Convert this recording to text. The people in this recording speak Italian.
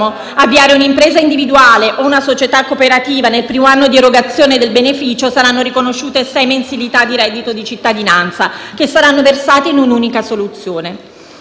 avviare un'impresa individuale o una società cooperativa nel primo anno di erogazione del beneficio saranno riconosciute sei mensilità di reddito di cittadinanza, che saranno versate in un'unica soluzione.